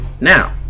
Now